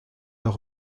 leur